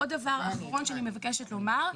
עוד דבר אחרון שאני מבקשת לומר,